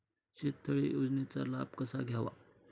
शेततळे योजनेचा लाभ कसा घ्यावा?